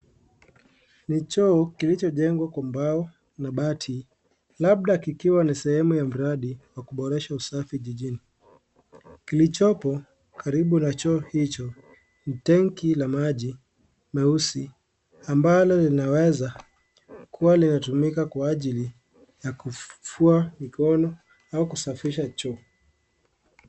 Ni choo kilichojengwa kwa mbao na mabati labda kikiwa na sehemu ya uradi wa kuboresha usafi jijini. Kilicho karibu na choo hicho ni tenki la maji meusi ambalo linaweza kuwa linatumika kawa ajili ya kufua mikono au kusafisha choo.